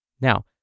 Now